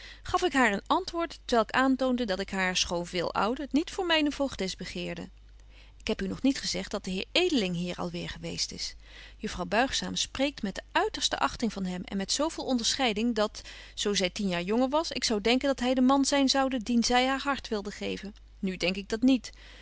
gaf ik haar een antwoord t welk aantoonde dat ik haar schoon veel ouder niet voor myne voogdes begeerde ik heb u nog niet gezegt dat de heer edeling hier alweêr geweest is juffrouw buigzaam spreekt met de uiterste achting van hem en met zo veel onderscheiding dat zo zy tien jaar jonger was ik zou denken dat hy de man zyn zoude dien zy haar hart wilde geven nu denk ik dat niet